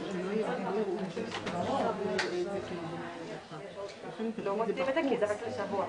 הישיבה ננעלה בשעה 11:00.